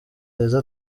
heza